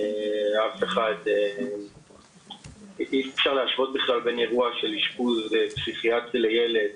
אי אפשר להשוות בין אירוע של אשפוז פסיכיאטרי לילד